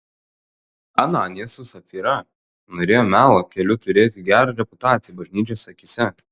ananijas su sapfyra norėjo melo keliu turėti gerą reputaciją bažnyčios akyse